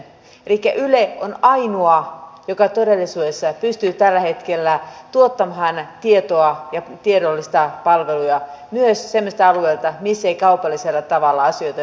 yle on ainoa joka todellisuudessa pystyy tällä hetkellä tuottamaan tietoa ja tiedollisia palveluja myös semmoisilta alueilta missä ei kaupallisella tavalla asioita pysty hoitamaan